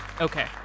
okay